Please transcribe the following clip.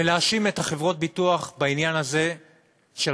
ולהאשים את חברות הביטוח בעניין הזה של